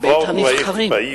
לבית-הנבחרים.